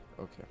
Okay